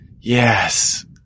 yes